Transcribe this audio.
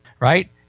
right